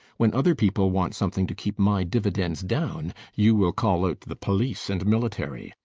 when other people want something to keep my dividends down, you will call out the police and military.